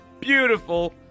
beautiful